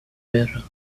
guerra